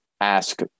ask